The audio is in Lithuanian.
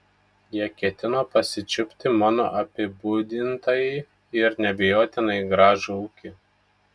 jie ketino pasičiupti mano apibūdintąjį ir neabejotinai gražų ūkį